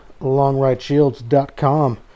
longrideshields.com